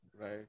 Right